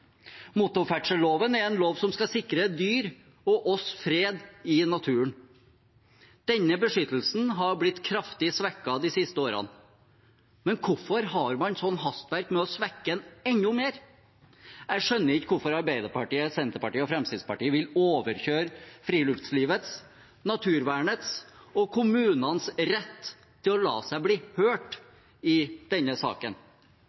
Motorferdselloven er en lov som skal sikre dyr og oss fred i naturen. Denne beskyttelsen har blitt kraftig svekket de siste årene. Men hvorfor har man sånn hastverk med å svekke den enda mer? Jeg skjønner ikke hvorfor Arbeiderpartiet, Senterpartiet og Fremskrittspartiet vil overkjøre friluftslivets, naturvernets og kommunenes rett til å la seg bli hørt i denne saken.